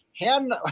hand